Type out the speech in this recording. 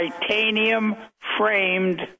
titanium-framed